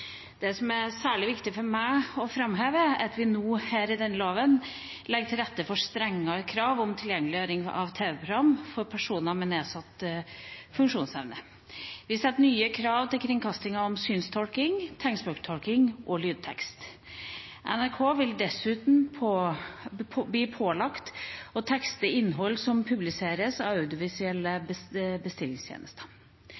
Det som er særlig viktig for meg å framheve, er at vi nå her i denne loven legger til rette for strengere krav om tilgjengeliggjøring av tv-program for personer med nedsatt funksjonsevne. Vi setter nye krav til kringkastingen når det gjelder synstolking, tegnspråktolking og lydtekst. NRK vil dessuten bli pålagt å tekste innhold som publiseres av